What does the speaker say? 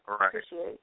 Appreciate